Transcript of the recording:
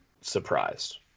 surprised